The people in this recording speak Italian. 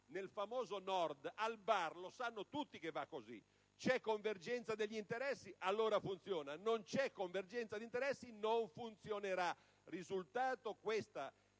nel famoso Nord, al bar lo sanno tutti che va così. C'è convergenza degli interessi? Allora funziona. Non c'è convergenza di interessi? Non funzionerà. Risultato: questa